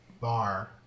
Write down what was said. bar